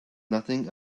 nothing